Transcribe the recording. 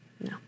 No